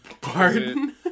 Pardon